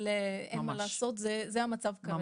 אבל אין מה לעשות וזה המצב כרגע,